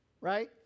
right